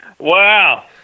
Wow